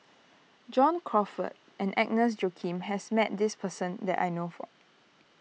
John Crawfurd and Agnes Joaquim has met this person that I know for